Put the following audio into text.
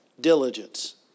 diligence